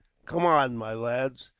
come on, my lads,